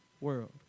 world